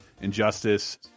Injustice